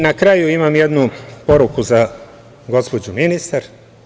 Na kraju, imam jednu poruku za gospođu ministar.